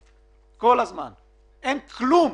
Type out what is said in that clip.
אבל כרגע אין כלום,